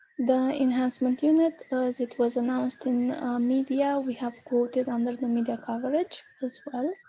the enhancement unit as it was announced in media we have quoted under the media coverage as well.